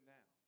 now